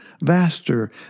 vaster